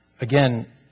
again